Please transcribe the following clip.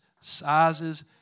sizes